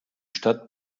stadt